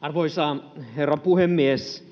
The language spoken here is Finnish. Arvoisa herra puhemies!